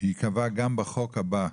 ייקבע גם בחוק הבא,